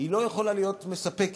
לא יכולה להיות מספקת.